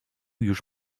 już